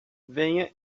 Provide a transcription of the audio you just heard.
venha